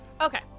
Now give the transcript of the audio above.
Okay